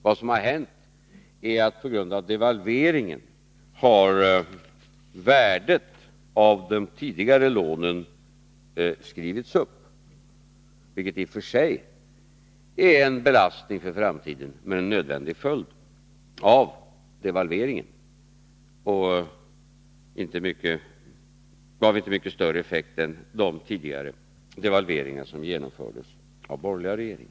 Det som har hänt är att värdet av de tidigare lånen på grund av devalveringen har skrivits upp, vilket i och för sig är en belastning för framtiden, men en nödvändig följd av devalveringen. Den gav inte heller mycket större effekt än de tidigare devalveringarna som genomfördes av borgerliga regeringar.